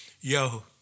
Yo